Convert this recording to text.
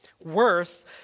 Worse